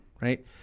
right